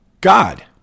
God